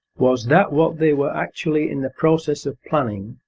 was that what they were actually in the process of planning,